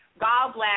gallbladder